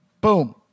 Boom